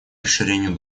расширению